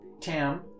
Tam